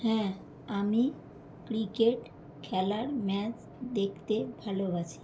হ্যাঁ আমি ক্রিকেট খেলার ম্যাচ দেখতে ভালোবাসি